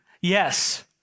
Yes